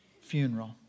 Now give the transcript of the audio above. funeral